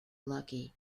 lucky